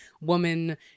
woman